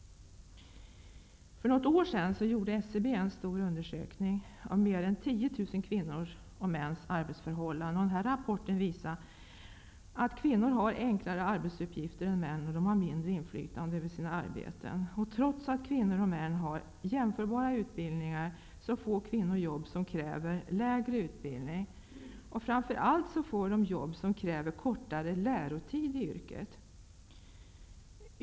För något år sedan gjorde SCB en stor undersökning om fler än 10 000 kvinnors och mäns arbetsförhållanden. Rapporten visar att kvinnor har enklare arbetsuppgifter än män och att kvinnor har mindre inflytande över sina arbeten. Trots jämförbara utbildningar, får kvinnor jobb som kräver lägre utbildning, och som framför allt kräver kortare lärotid i yrket.